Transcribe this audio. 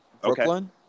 Brooklyn